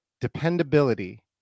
dependability